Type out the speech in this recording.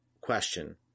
question